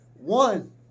One